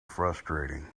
frustrating